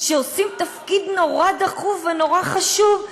שעושים תפקיד נורא דחוף ונורא חשוב.